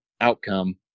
outcome